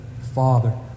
Father